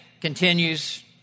continues